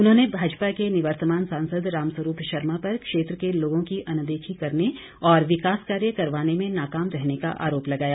उन्होंने भाजपा के निवर्तमान सांसद रामस्वरूप शर्मा पर क्षेत्र के लोगों की अनदेखी करने और विकास कार्य करवाने में नाकाम रहने का आरोप लगाया